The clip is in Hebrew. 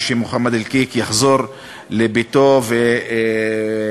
ושמוחמד אלקיק יחזור לביתו ולמשפחתו.